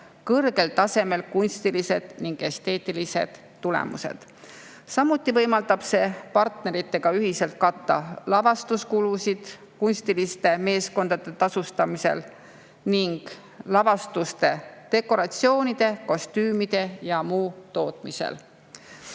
kõrgel tasemel kunstilised ja esteetilised tulemused. Samuti võimaldab see partneritega ühiselt katta lavastuskulusid kunstiliste meeskondade tasustamisel ning lavastuste dekoratsioonide, kostüümide ja muu tootmisel.